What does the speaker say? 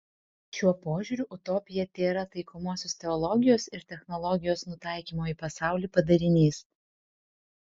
šiuo požiūriu utopija tėra taikomosios teologijos ir technologijos nutaikymo į pasaulį padarinys